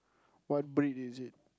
what breed is it